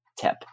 tip